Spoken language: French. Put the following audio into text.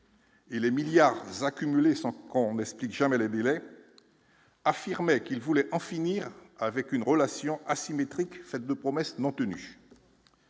et les milliards accumulés sans qu'on n'est jamais le mulet affirmait qu'il voulait en finir avec une relation asymétrique, faite de promesses non tenues.